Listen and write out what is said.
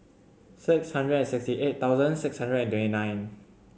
six hundred and sixty eight thousand six hundred and twenty nine